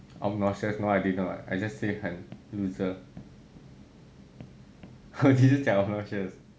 obnoxious no I did not I just say 很 loser 我几时讲 obnoxious